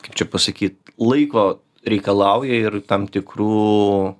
kaip čia pasakyt laiko reikalauja ir tam tikrų